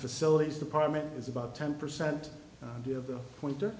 facilities department is about ten percent of the winter